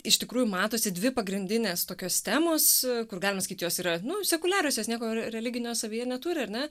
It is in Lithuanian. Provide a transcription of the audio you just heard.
iš tikrųjų matosi dvi pagrindinės tokios temos kur galima sakyt jos yra nu sekuliarios jos nieko religinio savyje neturi ar ne